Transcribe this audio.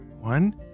One